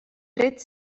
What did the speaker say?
tret